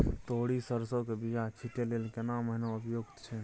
तोरी, सरसो के बीया छींटै लेल केना महीना उपयुक्त छै?